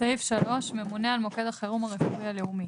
סעיף 3 "ממונה על מוקד החירום הרפואי הלאומי.